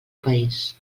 país